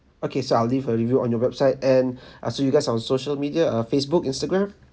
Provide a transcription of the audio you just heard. okay so I'll leave a review on your website and ah so you guys on social media uh facebook instagram